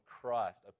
Christ